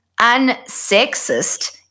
unsexist